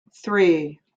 three